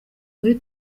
muri